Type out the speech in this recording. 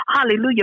Hallelujah